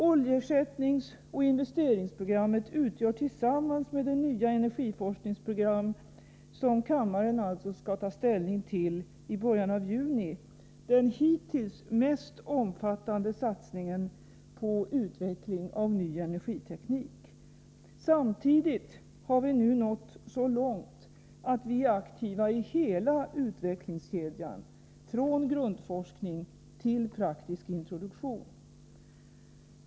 Oljeersättningsoch investeringsprogrammet utgör, tillsammans med det nya energiforskningsprogram som kammaren alltså skall ta ställning till i början av juni, den hittills mest omfattande satsningen på utveckling av ny energiteknik. Samtidigt har vi nu nått så långt att vi är aktiva i hela utvecklingskedjan — från grundforskning till praktisk introduktion.